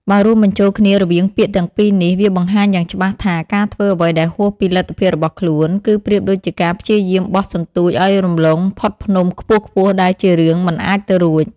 បើរួមបញ្ចូលគ្នារវាងពាក្យទាំងពីរនេះ វាបង្ហាញយ៉ាងច្បាស់ថាការធ្វើអ្វីដែលហួសពីលទ្ធភាពរបស់ខ្លួន គឺប្រៀបដូចជាការព្យាយាមបោះសន្ទូចឲ្យរំលងផុតភ្នំខ្ពស់ៗដែលជារឿងមិនអាចទៅរួច។